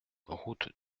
route